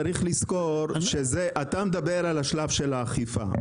אתה מדבר על שלב האכיפה,